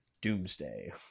doomsday